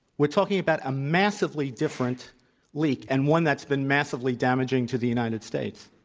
we're talking about a massively different leak, and one that's been massively damaging to the united states.